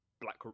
black